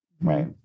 right